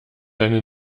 deine